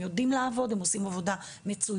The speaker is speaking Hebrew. הם יודעים לעבוד, הם עושים עבודה מצוינת.